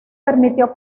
permitió